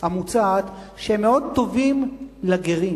המוצעת שהם מאוד טובים לגרים